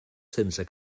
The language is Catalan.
sense